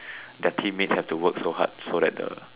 their teammates have to work so hard so that the